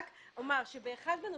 רק אומר שב-1 בנובמבר,